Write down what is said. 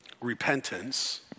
repentance